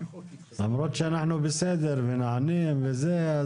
למרות שאנחנו בסדר ונענים וזה.